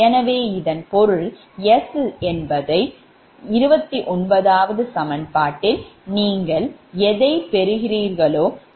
எனவே இதன் பொருள் S என்பது 29 சமன்பாட்டில் நீங்கள் எதைப் பெறுகிறீர்களோ அதற்கு சமம்